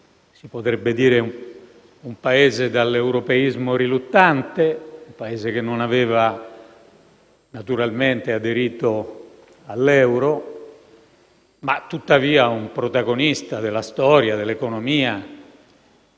si potrebbe dire un Paese dall'europeismo riluttante, un Paese che non aveva naturalmente aderito all'euro, ma tuttavia un protagonista della storia e dell'economia